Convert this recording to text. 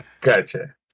Gotcha